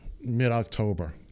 mid-october